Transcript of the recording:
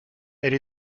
elle